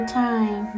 time